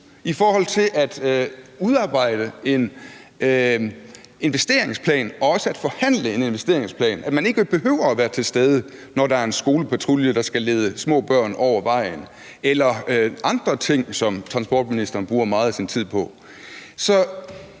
i forhold til at udarbejde en investeringsplan og også forhandle en investeringsplan, at man ikke behøver at være til stede, når der er en skolepatrulje, der skal lede små børn over vejen, eller ved andre ting, som transportministeren bruger meget af sin tid på.